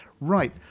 right